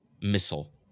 missile